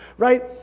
right